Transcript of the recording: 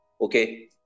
okay